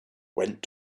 went